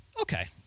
Okay